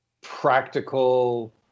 practical